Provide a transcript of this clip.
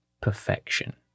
perfection